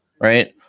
right